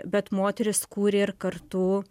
bet moterys kūrė ir kartu